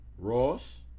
Ross